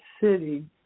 city